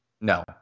No